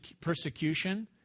persecution